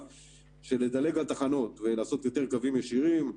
לדלג על תחנות ולעשות יותר קווים ישירים,